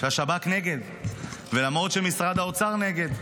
שהשב"כ נגד ולמרות שמשרד האוצר נגד.